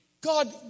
God